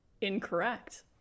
Incorrect